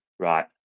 Right